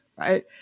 right